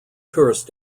tourist